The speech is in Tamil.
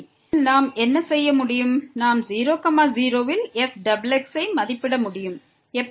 ஆனால் நாம் என்ன செய்ய முடியும் நாம் 0 0 ல் fxx ஐ மதிப்பிட முடியும் எப்படி